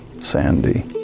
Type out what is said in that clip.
Sandy